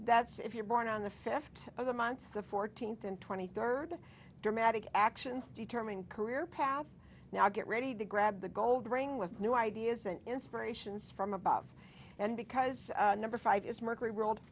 that's if you're born on the fifth of the months the fourteenth and twenty third dramatic actions determine career path now get ready to grab the gold ring with new ideas and inspirations from above and because number five is mercury